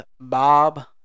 Bob